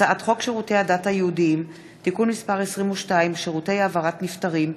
הצעת חוק שירותי הדת היהודיים (תיקון מס' 22) (שירותי העברת נפטרים),